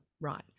right